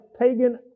pagan